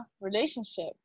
relationship